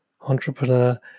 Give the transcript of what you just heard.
entrepreneur